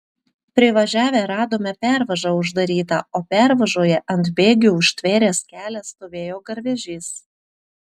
privažiavę radome pervažą uždarytą o pervažoje ant bėgių užtvėręs kelią stovėjo garvežys